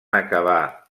acabar